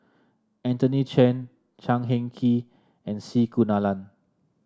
Anthony Chen Chan Heng Chee and C Kunalan